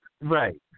Right